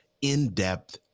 in-depth